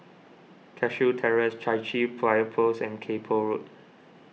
Cashew Terrace Chai Chee Fire Post and Kay Poh Road